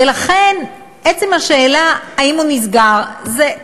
ולכן עצם השאלה האם הוא נסגר, זה,